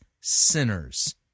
sinners